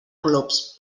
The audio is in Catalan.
glops